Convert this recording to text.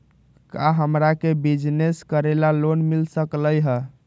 का हमरा के बिजनेस करेला लोन मिल सकलई ह?